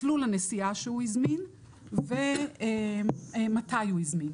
מסלול הנסיעה שהוא הזמין ומתי הוא הזמין.